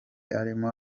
arimo